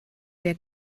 der